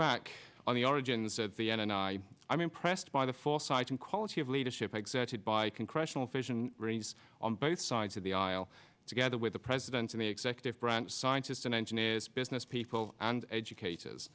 back on the origins of the n i i'm impressed by the foresight and quality of leadership exam by congressional vision race on both sides of the aisle together with the president and the executive branch scientists and engineers business people and educators